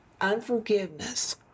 unforgiveness